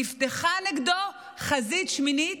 נפתחה נגדו חזית שמינית,